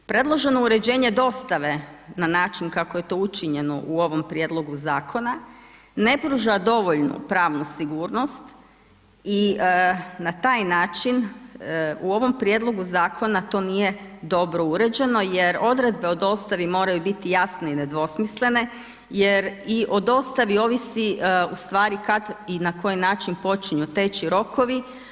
Predloženo uređenje dostave na način kako je to učinjeno u ovom prijedlogu zakona ne pruža dovoljnu pravnu sigurnost i na taj način u ovom prijedlogu zakona to nije dobro uređeno, jer odredbe o dostavi moraju biti jasne i nedvosmislene jer i o dostavi ovisi ustvari kad i na koji način počinju teći rokovi.